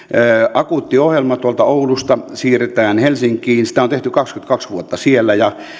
akuutti ohjelma oulusta siirretään helsinkiin sitä on tehty kaksikymmentäkaksi vuotta siellä ja